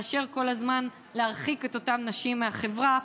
מאשר כל הזמן להרחיק את אותן נשים מהחברה,